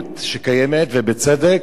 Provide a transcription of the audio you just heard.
ולמרירות שקיימת, ובצדק,